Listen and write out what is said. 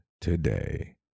today